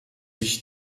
ich